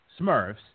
Smurfs